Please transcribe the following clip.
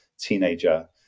teenager